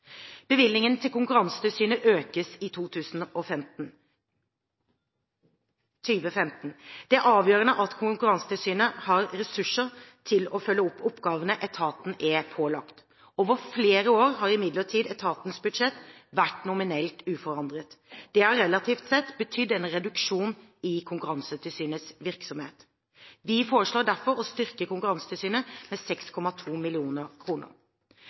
Bevilgningen til Konkurransetilsynet økes i 2015. Det er avgjørende at Konkurransetilsynet har ressurser til å følge opp oppgavene etaten er pålagt. Over flere år har imidlertid etatens budsjett vært nominelt uforandret. Det har relativt sett betydd en reduksjon i Konkurransetilsynets virksomhet. Vi foreslår derfor å styrke Konkurransetilsynet med 6,2